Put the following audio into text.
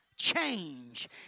change